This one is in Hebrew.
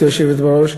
גברתי היושבת-ראש,